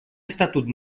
estatut